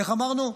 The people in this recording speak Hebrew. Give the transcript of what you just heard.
איך אמרנו?